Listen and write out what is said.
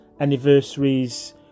anniversaries